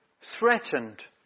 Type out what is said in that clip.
threatened